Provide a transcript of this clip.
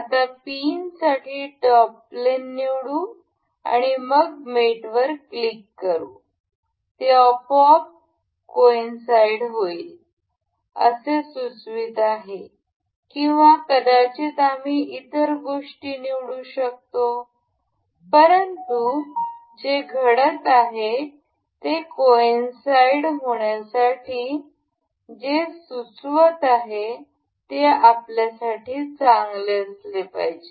आम्ही पिनसाठी top plane निवडू आणि मग मेटवर क्लिक करू ते आपोआप कॉइन साईड होईल असे सुचवित आहे किंवा कदाचित आम्ही इतर गोष्टी निवडू शकतो परंतु जे घडत आहे ते कॉइं साईड होण्यासाठी जे सुचवत आहे ते आपल्यासाठी चांगले असले पाहिजे